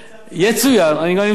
יצוין, אני מסיים.